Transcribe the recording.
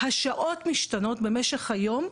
השעות משתנות במשך היום,